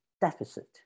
deficit